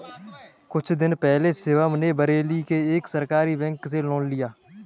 कुछ दिन पहले शिवम ने बरेली के एक सहकारी बैंक से लोन लिया